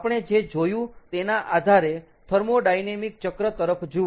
આપણે જે જોયું તેના આધારે થર્મોડાયનેમિક ચક્ર તરફ જુઓ